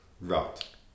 Right